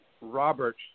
Robert